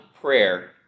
prayer